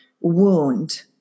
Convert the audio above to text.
wound